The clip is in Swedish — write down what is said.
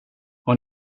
och